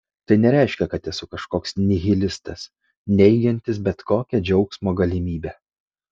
tai nereiškia kad esu kažkoks nihilistas neigiantis bet kokią džiaugsmo galimybę